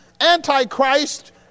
antichrist